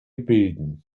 bilden